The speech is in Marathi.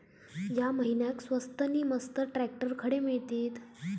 या महिन्याक स्वस्त नी मस्त ट्रॅक्टर खडे मिळतीत?